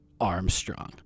Armstrong